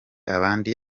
abandi